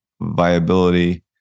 viability